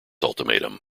ultimatum